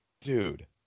dude